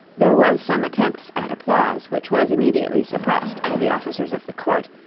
there was some attempts at applause, which was immediately suppressed by the officers of the court,